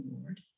Lord